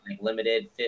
limited